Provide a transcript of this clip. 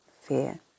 Fear